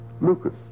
Lucas